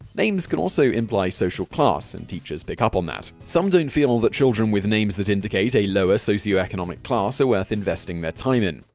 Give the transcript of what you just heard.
names can also imply social class, and teachers pick up on that. some don't feel that children with names that indicate a lower socioeconomic class are worth investing their time in.